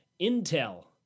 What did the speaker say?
intel